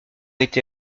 été